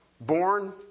Born